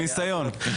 מניסיון.